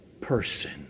person